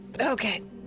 Okay